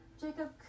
Jacob